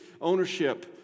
ownership